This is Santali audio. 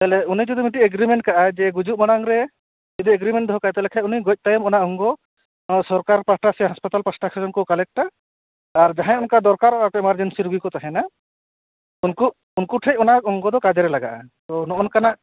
ᱛᱟᱦᱚᱞᱮ ᱩᱱᱤ ᱡᱚᱫᱤ ᱢᱤᱫᱴᱟᱝ ᱮᱜᱨᱤᱢᱮᱱᱴ ᱠᱟᱜᱟᱭ ᱜᱩᱡᱩᱜ ᱢᱟᱲᱟᱝ ᱨᱮ ᱡᱚᱫᱤ ᱮᱜᱨᱤᱢᱮᱱᱴ ᱫᱚᱦᱚᱠᱟᱜ ᱟᱭ ᱛᱟᱦᱚᱞᱮ ᱩᱱᱤ ᱜᱚᱡ ᱛᱟᱭᱚᱢ ᱚᱱᱟ ᱚᱝᱜᱚ ᱥᱚᱨᱠᱟᱨ ᱯᱟᱦᱟᱴᱟ ᱥᱮ ᱦᱟᱥᱯᱟᱛᱟᱞ ᱯᱟᱦᱟᱴᱟ ᱥᱮᱱ ᱠᱷᱚᱱ ᱠᱚ ᱠᱟᱞᱮᱠᱴᱼᱟ ᱟᱨ ᱡᱟᱦᱟᱭ ᱚᱱᱠᱟ ᱫᱚᱨᱠᱟᱨᱚᱜᱼᱟ ᱮᱢᱟᱨᱡᱮᱱᱥᱤ ᱨᱩᱜᱤ ᱩᱱᱠᱩ ᱩᱱᱠᱩ ᱴᱷᱮᱱ ᱚᱱᱟ ᱚᱝᱜᱚ ᱫᱚ ᱠᱟᱡᱮᱨᱮ ᱞᱟᱜᱟᱼᱟ ᱛᱳ ᱱᱚᱜᱚᱭ ᱱᱚᱝᱠᱟᱱᱟᱜ